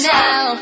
now